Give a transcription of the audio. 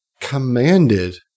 Commanded